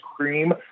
cream